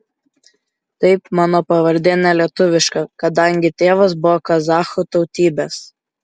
taip mano pavardė ne lietuviška kadangi tėvas buvo kazachų tautybės